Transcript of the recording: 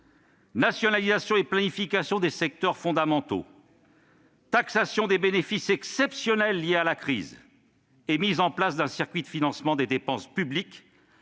nationalisation et planification des secteurs fondamentaux, taxation des bénéfices exceptionnels liés à la crise et mise en place d'un circuit de financement des dépenses publiques,